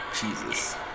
Jesus